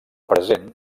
present